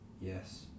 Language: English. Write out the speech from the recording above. Yes